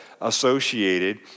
associated